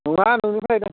नङा नोंनिफ्रायनो